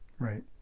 right